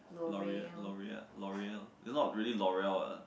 Loreal Loreal Loreal it's not really Loreal what